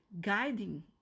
guiding